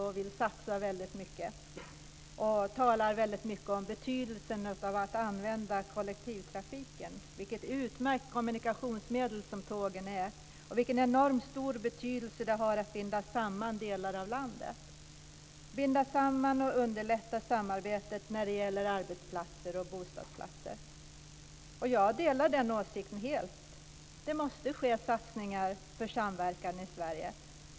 Vi vill satsa väldigt mycket och talar väldigt mycket om betydelsen av att använda kollektivtrafiken, vilket utmärkt kommunikationsmedel som tågen är och vilken enormt stor betydelse de har för att binda samman delar av landet, binda samman och underlätta samarbetet när det gäller arbetsplatser och bostadsplatser. Jag delar den åsikten helt. Det måste ske satsningar för samverkan i Sverige.